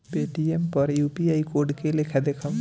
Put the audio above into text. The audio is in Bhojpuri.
पेटीएम पर यू.पी.आई कोड के लेखा देखम?